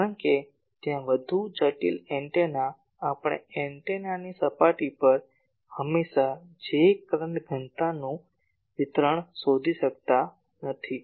કારણ કે ત્યાં વધુ જટિલ એન્ટેના આપણે એન્ટેનાની સપાટી પર હંમેશા J કરંટ ઘનતાનું વિતરણ શોધી શકતા નથી